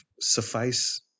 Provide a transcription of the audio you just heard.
suffice